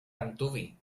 antuvi